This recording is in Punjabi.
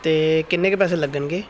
ਅਤੇ ਕਿੰਨੇ ਕੁ ਪੈਸੇ ਲੱਗਣਗੇ